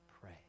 Pray